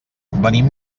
venim